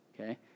okay